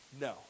no